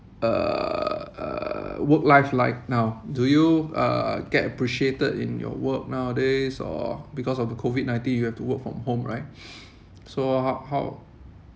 uh uh work life like now do you uh get appreciated in your work nowadays or because of the COVID nineteen you have to work from home right so how how